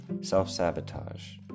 self-sabotage